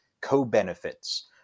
co-benefits